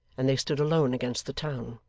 and they stood alone against the town.